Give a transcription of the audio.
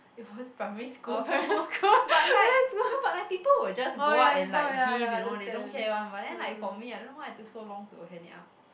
it was primary school but like no but like people will just go up and like give you know they don't care one but then like for me I don't know why I took so long to hand it up